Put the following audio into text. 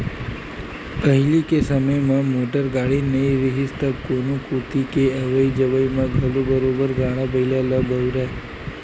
पहिली के समे म मोटर गाड़ी नइ रिहिस तब कोनो कोती के अवई जवई म घलो बरोबर गाड़ा बइला ल बउरय